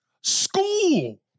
school